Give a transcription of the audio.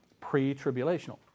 Pre-tribulational